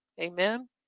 Amen